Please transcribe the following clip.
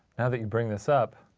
now that you bring this up,